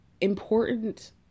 important